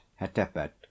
HETEPET